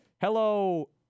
hello